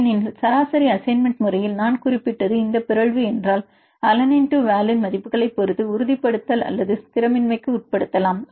ஏனெனில் சராசரி அசைன்மெண்ட் முறையில் நான் குறிப்பிட்டது இந்த பிறழ்வு என்றால் அலனைன் டு வாலின் மதிப்புகளைப் பொறுத்து உறுதிப்படுத்துதல் அல்லது ஸ்திரமின்மைக்கு உட்படுத்தலாம்